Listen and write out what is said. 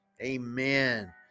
Amen